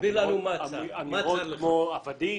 המילה "עבדים".